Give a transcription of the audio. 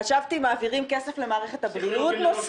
חשבתי שמעבירים כסף נוסף למערכת הבריאות.